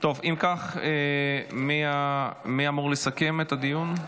אם כך, מי אמור לסכם את הדיון?